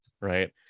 right